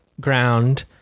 Ground